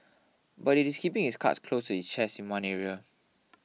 but it is keeping its cards close to its chest in one area